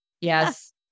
Yes